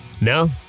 No